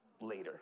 later